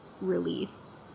Release